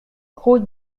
route